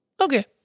Okay